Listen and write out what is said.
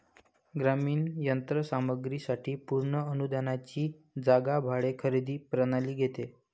ग्रामीण यंत्र सामग्री साठी पूर्ण अनुदानाची जागा भाडे खरेदी प्रणाली घेते